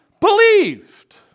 believed